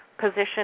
position